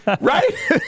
Right